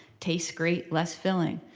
tastes great, less filling.